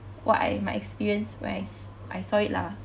what I my experience when I I saw it lah